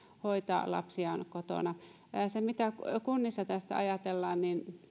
hoitaa lapsiaan kotona se mitä kunnissa tästä ajatellaan